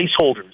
placeholders